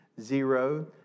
Zero